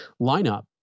lineup